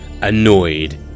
Annoyed